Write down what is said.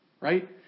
Right